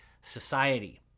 society